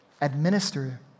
administer